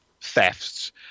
thefts